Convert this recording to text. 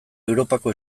europako